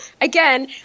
again